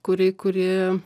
kuri kuri